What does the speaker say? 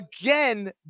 again